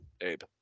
Abe